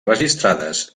registrades